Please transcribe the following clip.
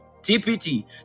tpt